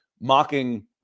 mocking